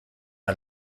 der